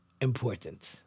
important